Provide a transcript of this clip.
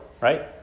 right